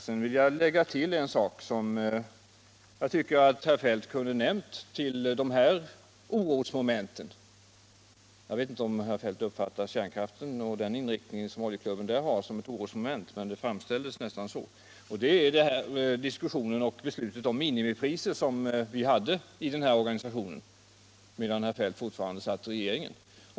Sedan vill jag lägga till en sak till de här orosmomenten, som jag tycker att herr Feldt kunde ha nämnt — jag vet inte om herr Feldt uppfattar kärnkraften och Oljeklubbens inriktning i den frågan som orosmoment, men det framställdes nästan så — och det är det beslut om minimipriser som fattades i den här organisationen medan herr Feldt fortfarande satt i regeringen.